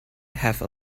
have